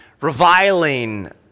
reviling